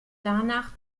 danach